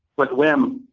with wim.